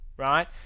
Right